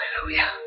Hallelujah